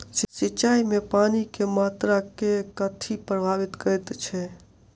सिंचाई मे पानि केँ मात्रा केँ कथी प्रभावित करैत छै?